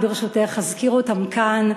אני, ברשותך, אזכיר אותם כאן: